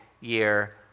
year